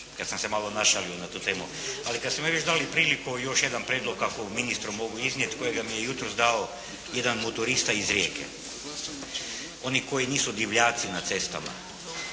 kada sam se malo našalio na tu temu. Ali kada ste mi već dali priliku još jedan prijedlog ako ministru mogu iznijeti kojega mi je jutros dao jedan motorista iz Rijeke. Oni koji nisu divljaci na cestama.